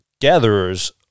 Gatherers